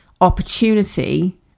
opportunity